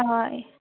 হয়